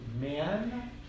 men